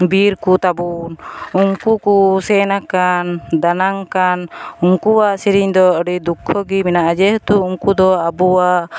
ᱵᱤᱨᱠᱚᱛᱟᱵᱚᱱ ᱩᱱᱠᱚᱠᱚ ᱥᱮᱱᱟᱠᱟᱱ ᱫᱟᱱᱟᱝ ᱟᱠᱟᱱ ᱩᱱᱠᱚᱣᱟᱜ ᱥᱮᱨᱮᱧ ᱫᱚ ᱟᱹᱰᱤ ᱫᱩᱠᱠᱷᱚ ᱜᱮ ᱢᱮᱱᱟᱜᱼᱟ ᱡᱮᱦᱮᱛᱩ ᱩᱱᱠᱚᱫᱚ ᱟᱵᱚ ᱠᱚᱣᱟᱜ